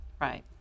Right